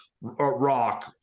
Rock